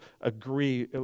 agree